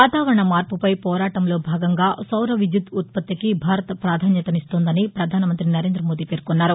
వాతావరణ మార్పుపై పోరాటంలో భాగంగ సౌర విద్యుత్ ఉత్పత్తికి భారత్ పాధాన్యతనిస్తోందని పధానమంతి నరేందమోదీ పేర్కొన్నారు